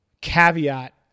caveat